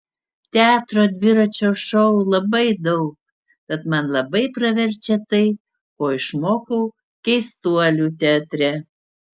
teatro dviračio šou labai daug tad man labai praverčia tai ko išmokau keistuolių teatre